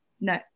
no